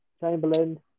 Chamberlain